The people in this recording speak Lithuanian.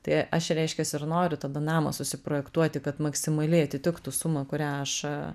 tai aš reiškias ir noriu tada namą susiprojektuoti kad maksimaliai atitiktų sumą kurią aš